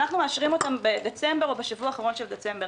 כשאנחנו מאשרים אותם בדצמבר או בשבוע האחרון של דצמבר,